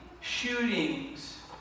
shootings